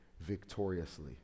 victoriously